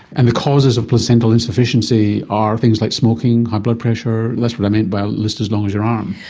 and the causes of placental insufficiency are things like smoking, high blood pressure, that's what i meant by a list as long as your arm.